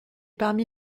parmi